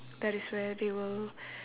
that is where they will